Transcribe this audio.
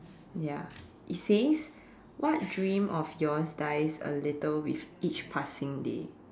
ya it says what dream of yours dies a little with each passing day